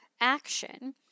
action